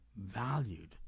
valued